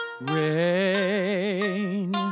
Rain